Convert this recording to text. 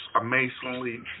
amazingly